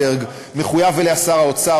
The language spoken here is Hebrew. מחויבים אליה שר האוצר,